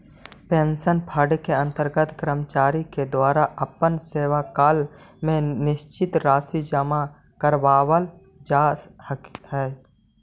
pension fund के अंतर्गत कर्मचारि के द्वारा अपन सेवाकाल में निश्चित राशि जमा करावाल जा हई